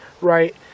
right